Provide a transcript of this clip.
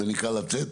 זה נקרא לצאת?